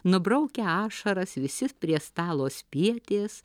nubraukę ašaras visi prie stalo spietės